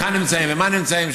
היכן נמצאים ומה נמצאים,